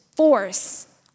force